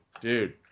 dude